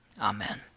amen